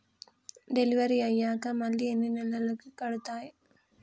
Delivery అయ్యాక మళ్ళీ ఎన్ని నెలలకి కడుతాయి?